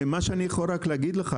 אני לא מבין, איפה רשות הגז?